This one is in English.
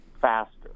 faster